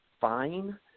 fine